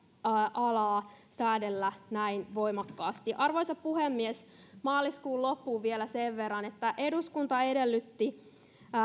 alaa säädellä näin voimakkaasti arvoisa puhemies maaliskuun loppuun vielä sen verran että eduskunta edellytti